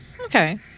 Okay